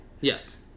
Yes